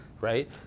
right